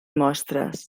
mostres